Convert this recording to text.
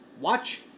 Watch